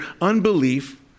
unbelief